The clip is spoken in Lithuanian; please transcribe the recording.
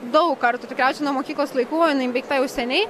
daug kartų tikriausiai nuo mokyklos laikų o jinai baigta jau seniai